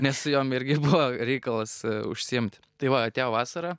nes su jom irgi buvo reikalas užsiimt tai va atėjo vasara